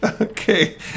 okay